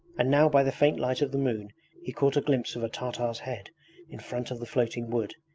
and now by the faint light of the moon he caught a glimpse of a tartar's head in front of the floating wood.